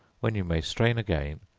when you may strain again,